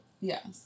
Yes